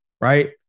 right